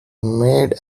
made